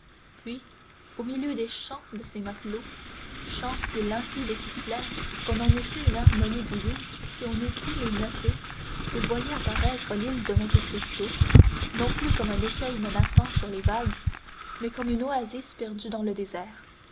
puis au milieu des chants de ses matelots chants si limpides et si clairs qu'on en eût fait une harmonie divine si on eût pu les noter il voyait apparaître l'île de monte cristo non plus comme un écueil menaçant sur les vagues mais comme une oasis perdue dans le désert